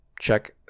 check